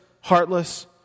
heartless